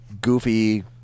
goofy